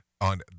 on